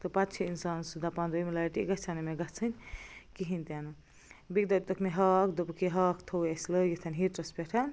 تہٕ پتہٕ چھِ اِنسان سُہ دَپان دوٚیمہِ لَٹہِ یہِ گَژھہِ ہا نہٕ مےٚ گَژھٕنۍ کِہیٖنۍ تہِ نہٕ بیٚکہِ دۄہ دیٛتُکھ مےٚ ہاکھ دوٚپُکھ یہِ ہاکھ تھووٕے اسہِ لٲگِتھ ہیٹرس پٮ۪ٹھ